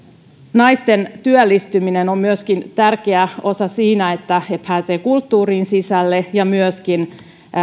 naisten työllistyminen on myöskin tärkeä osa siinä että he pääsevät kulttuuriin sisälle ja myöskin